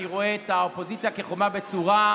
אני רואה את האופוזיציה כחומה בצורה,